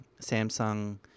Samsung